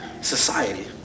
society